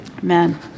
Amen